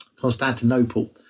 Constantinople